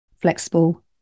flexible